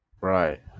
right